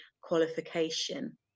qualification